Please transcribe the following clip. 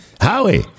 Howie